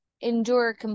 endure